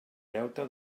deute